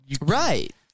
Right